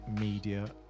media